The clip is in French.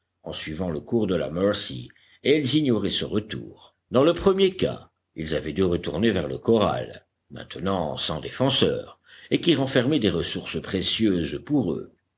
en suivant le cours de la mercy et ils ignoraient ce retour dans le premier cas ils avaient dû retourner vers le corral maintenant sans défenseurs et qui renfermait des ressources précieuses pour eux